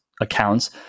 accounts